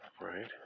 Right